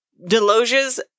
Deloge's